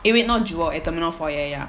eh wait not jewel at terminal four ya ya ya